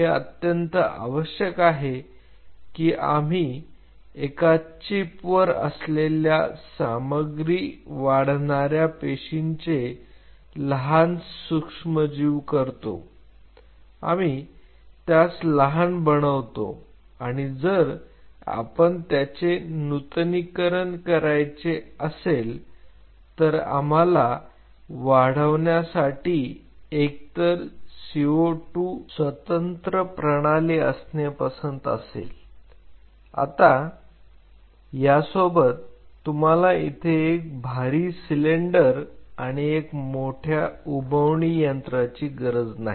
हे अत्यंत आवश्यक आहे की आम्ही एका चिप वर असलेल्या सामग्री वाढणार्या पेशींचे लहान सूक्ष्मजीव करतो आम्ही त्यास लहान बनवितो आणि जर आपण त्याचे नूतनीकरण करायचे असेल तर आम्हाला वाढवण्यासाठी एकतर CO 2 स्वतंत्र प्रणाली असणे पसंत असेल आता यासोबत तुम्हाला येथे एक भारी सिलेंडर आणि एक मोठ्या उबवणी यंत्राची गरज नाही